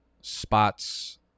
spots